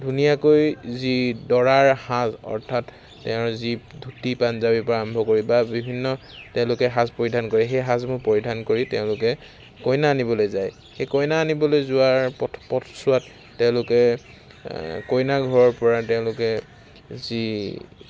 ধুনীয়াকৈ যি দৰাৰ সাজ অৰ্থাৎ তেওঁৰ যি ধূতি পাঞ্জাৱীৰ পৰা আৰম্ভ কৰি বা বিভিন্ন তেওঁলোকে সাজ পৰিধান কৰে সেই সাজসমূহ পৰিধান কৰি তেওঁলোকে কইনা আনিবলৈ যায় সেই কইনা আনিবলৈ যোৱাৰ পথ পথছোৱাত তেওঁলোকে কইনা ঘৰৰ পৰা তেওঁলোকে যি